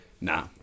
Nah